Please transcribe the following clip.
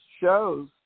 shows